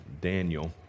Daniel